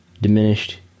diminished